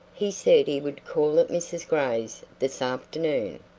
he said he would call at mrs. gray's this afternoon.